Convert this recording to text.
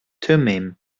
thummim